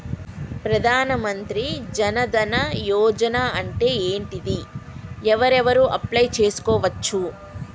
ప్రధాన మంత్రి జన్ ధన్ యోజన అంటే ఏంటిది? ఎవరెవరు అప్లయ్ చేస్కోవచ్చు?